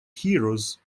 heroes